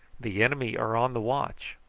the enemy are on the watch.